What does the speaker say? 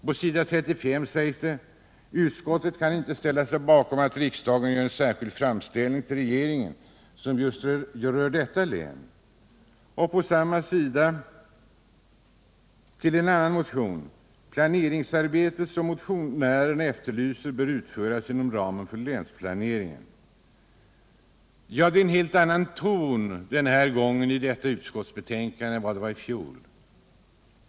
På s. 33 sägs: ”Utskottet kan inte ställa sig bakom att riksdagen gör en särskild framställning som rör Örebro län.” På samma sida till en annan motion heter det: ”Planeringsarbete av det slag som motionärerna efterlyser bör utföras inom ramen för länsplaneringen.” Det är en helt annan ton i detta utskottsbetänkande jämfört med i fjol.